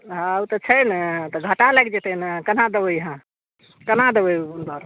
हँ उ तऽ घाटा लागि जेतय ने केना देबय अहाँ केना देबय उ भाव